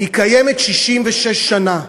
היא קיימת 66 שנה,